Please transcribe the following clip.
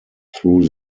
through